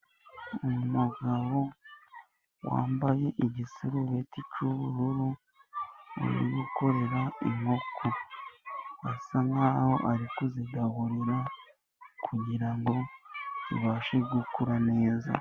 Umugabo wambaye igisarubeti cy'ubururu uri gukorera inkoko. Asa nk'aho arikuzigaburira kugira ngo tubashe gukura neza.